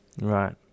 Right